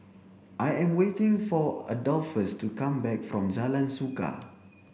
I am waiting for Adolphus to come back from Jalan Suka